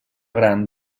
gran